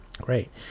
great